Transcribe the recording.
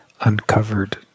uncovered